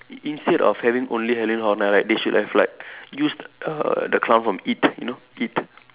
in~ instead of having only Halloween horror night right they should have like used err the clown from it you know it